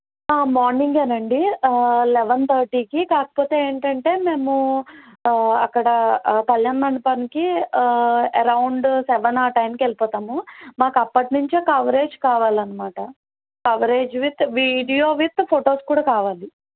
మార్నింగే అండి లెవన్ థర్టీకి కాకపోతే ఏంటంటే మేము అక్కడ కళ్యాణ మండపానికి అరౌండ్ సెవెన్ ఆ టైంకి వెళ్ళిపోతాము మాకు అప్పటి నుంచే కవరేజ్ కావాలన్నమాట coverage with video with photos కూడా కావాలి